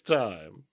time